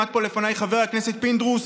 עמד פה לפניי חבר הכנסת פינדרוס,